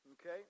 Okay